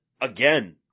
again